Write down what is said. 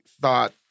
thought